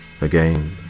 Again